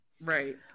right